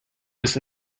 bis